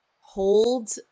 hold